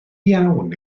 iawn